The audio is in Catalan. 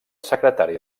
secretari